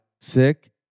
sick